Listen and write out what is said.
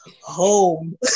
home